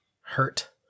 hurt